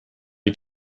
die